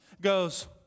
goes